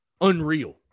Unreal